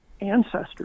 ancestors